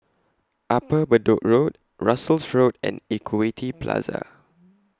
Upper Bedok Road Russels Road and Equity Plaza